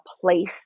place